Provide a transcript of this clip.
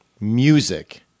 music